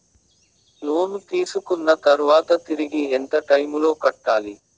లోను తీసుకున్న తర్వాత తిరిగి ఎంత టైములో కట్టాలి